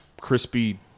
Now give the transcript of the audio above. crispy